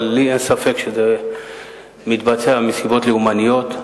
אבל לי אין ספק שזה מתבצע מסיבות לאומניות.